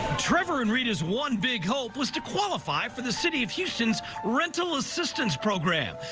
trevor and rita's one big hope was to qualify for the city of houston's rental assistance program.